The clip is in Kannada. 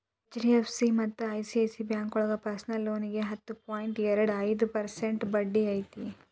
ಎಚ್.ಡಿ.ಎಫ್.ಸಿ ಮತ್ತ ಐ.ಸಿ.ಐ.ಸಿ ಬ್ಯಾಂಕೋಳಗ ಪರ್ಸನಲ್ ಲೋನಿಗಿ ಹತ್ತು ಪಾಯಿಂಟ್ ಎರಡು ಐದು ಪರ್ಸೆಂಟ್ ಬಡ್ಡಿ ಐತಿ